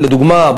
לדוגמה,